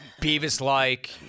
beavis-like